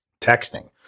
texting